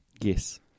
Yes